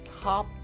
top